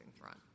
front